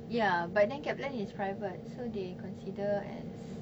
ya but then kaplan is private so they consider as